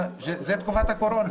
זה תקופת הקורונה.